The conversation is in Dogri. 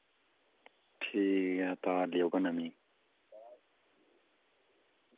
ठीक ऐ तार लेई आयो नमीं